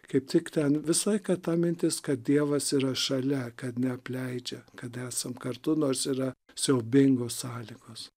kaip tik ten visą laiką ta mintis kad dievas yra šalia kad neapleidžia kad esam kartu nors yra siaubingos sąlygos